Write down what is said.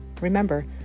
Remember